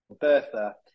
Bertha